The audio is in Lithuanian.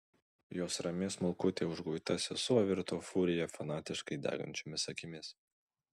jos rami smulkutė užguita sesuo virto furija fanatiškai degančiomis akimis